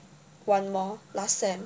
one more last sem